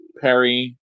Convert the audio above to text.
Perry